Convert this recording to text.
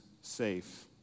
safe